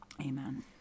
amen